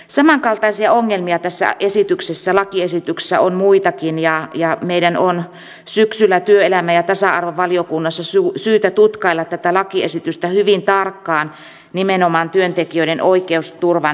samankaltaisia ongelmia tässä lakiesityksessä on muitakin ja meidän on syksyllä työelämä ja tasa arvovaliokunnassa syytä tutkailla tätä lakiesitystä hyvin tarkkaan nimenomaan työntekijöiden oikeusturvan näkökulmasta